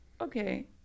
Okay